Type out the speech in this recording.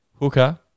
hooker